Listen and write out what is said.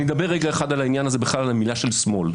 אני אדבר רגע אחד על העניין הזה ובכלל על המילה שמאל.